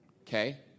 Okay